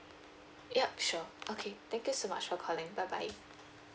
yup sure okay thank you so much for calling bye bye